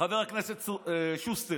חבר הכנסת שוסטר: